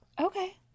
okay